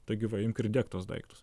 taigi va imk ir dėk tuos daiktus